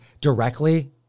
directly